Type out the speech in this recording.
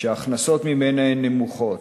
שההכנסות ממנה הן נמוכות,